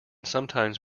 sometimes